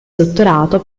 dottorato